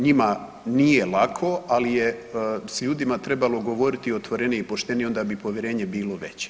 Nije njima nije lako, ali je s ljudima trebalo govoriti otvorenije i poštenije onda bi i povjerenje bilo veće.